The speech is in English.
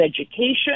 education